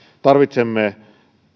tarvitsemme